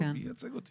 לבחור מי ייצג אותי.